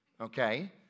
Okay